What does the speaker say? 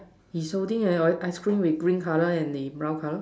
he's holding the ice cream with green color and the brown color